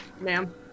ma'am